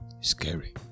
scary